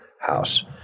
house